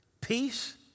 peace